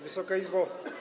Wysoka Izbo!